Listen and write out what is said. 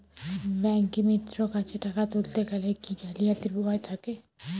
ব্যাঙ্কিমিত্র কাছে টাকা তুলতে গেলে কি জালিয়াতির ভয় থাকে?